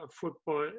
football